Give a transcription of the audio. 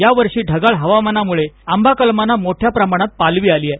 यावर्षी ढगाळ हवामानामूळे आंबा कलमांना मोठ्या प्रमाणात पालवी आली आहे